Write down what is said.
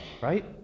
right